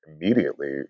immediately